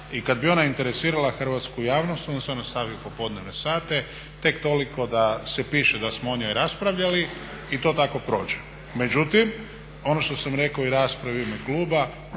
i kad bi ona interesirala hrvatsku javnost onda se ona stavi u popodnevne sate tek toliko da se piše da smo o njoj raspravljali i to tako prođe. Međutim ono što sam rekao i u raspravi u ime kluba